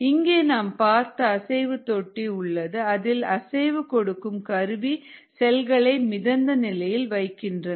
இங்கே நாம் பார்த்த அசைவு தொட்டி உள்ளது அதில் அசைவு கொடுக்கும் கருவி செல்களை மிதந்த நிலையில் வைக்கிறது